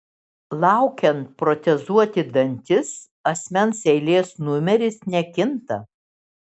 laukiant protezuoti dantis asmens eilės numeris nekinta